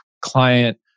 client